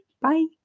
Bye